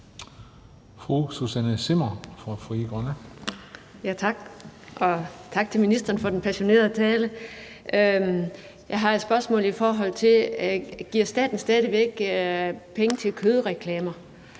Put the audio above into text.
Susanne Zimmer (FG): Tak til ministeren for den passionerede tale. Jeg har et spørgsmål: Giver staten stadigvæk penge til kødreklamer?